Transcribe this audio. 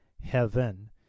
heaven